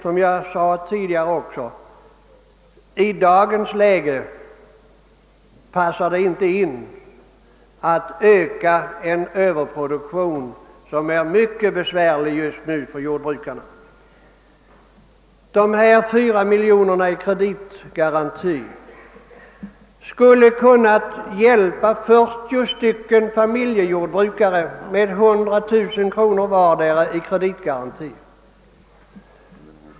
Som jag förut har framhållit passar det dock inte i dagens läge att öka en överproduktion, som är mycket besvärlig just nu för jordbrukarna. Dessa 4 miljoner kronor i kreditgaranti skulle ha kunnat hjälpa 40 familjejordbrukare med 100000 kronor vardera i kreditgaranti.